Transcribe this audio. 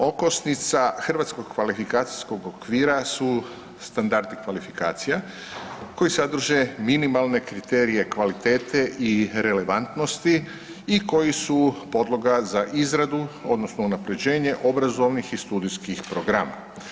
Okosnica hrvatskog kvalifikacijskog okvira su standardi kvalifikacija koji sadrže minimalne kriterije kvalitete i relevantnosti i koji su podloga za izradu odnosno unaprjeđenje obrazovnih i studijskih programa.